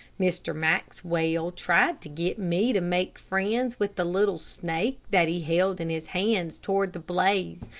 mr. maxwell tried to get me to make friends with the little snake that he held in his hands toward the blaze,